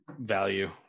value